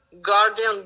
guardian